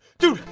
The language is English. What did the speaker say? dude,